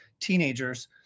teenagers